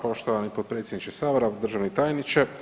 Poštovani potpredsjedniče Sabora, državni tajniče.